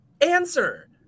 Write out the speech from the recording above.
answer